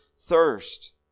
thirst